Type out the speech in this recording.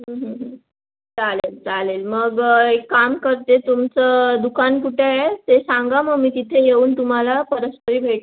हं हं हं चालेल चालेल मग एक काम करते तुमचं दुकान कुठे आहे ते सांगा मग मी तिथे येऊन तुम्हाला परस्पर भेटते